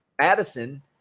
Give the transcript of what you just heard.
Madison